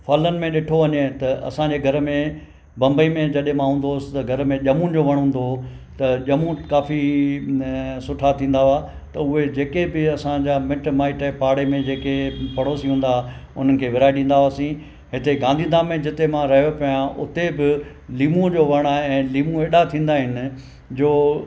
फलनि में ॾिठो वञे त असांजे घर में बंबई में जॾहिं मां हूंदोस त घर में ॼमू जो वण हूंदो हुओ त ॼमू काफ़ी न सुठा थींदा हुआ त उहे जेके बि असांजा मिट माइट ऐं पाड़े में जेके पड़ोसी हूंदा उन्हनि खे विराए ॾींदा हुआसीं हिते गांधी धाम में जिते मां रहियो पियो आहियां उते बि लीमू जो वण आहे ऐं लीमू एॾा थींदा आहिनि जो